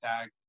tag